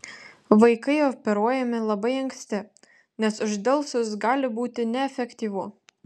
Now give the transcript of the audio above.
vaikai operuojami labai anksti nes uždelsus gali būti neefektyvu